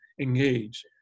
engage